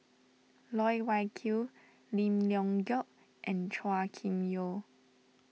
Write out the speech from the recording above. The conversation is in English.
Loh Wai Kiew Lim Leong Geok and Chua Kim Yeow